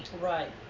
Right